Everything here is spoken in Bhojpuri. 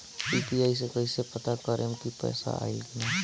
यू.पी.आई से कईसे पता करेम की पैसा आइल की ना?